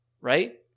right